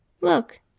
Look